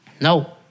No